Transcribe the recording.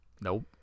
Nope